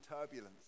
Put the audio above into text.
turbulence